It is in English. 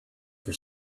for